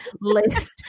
list